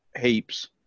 heaps